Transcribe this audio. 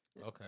Okay